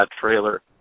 trailer –